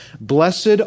Blessed